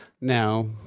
Now